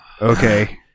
Okay